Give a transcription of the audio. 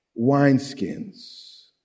wineskins